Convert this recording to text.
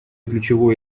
ключевой